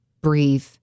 breathe